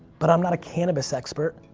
but i'm not a cannabis expert.